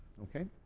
okay?